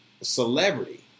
celebrity